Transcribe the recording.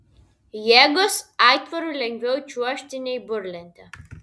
jėgos aitvaru lengviau čiuožti nei burlente